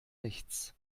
nichts